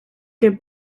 que